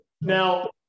Now